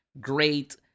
great